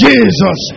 Jesus